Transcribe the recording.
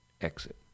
exit